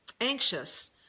anxious